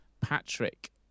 Patrick